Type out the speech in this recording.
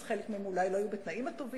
אז חלק מהם אולי לא היו בתנאים הטובים,